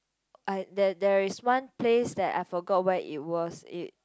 I there there is one place that I forgot where it was it